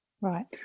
Right